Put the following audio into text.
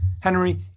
Henry